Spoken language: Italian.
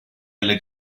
alle